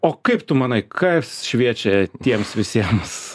o kaip tu manai kas šviečia tiems visiems